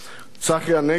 צחי הנגבי,